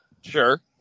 Sure